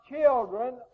children